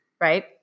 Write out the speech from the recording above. right